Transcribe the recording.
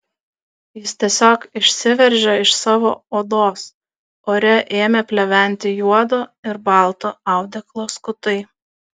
jis tiesiog išsiveržė iš savo odos ore ėmė pleventi juodo ir balto audeklo skutai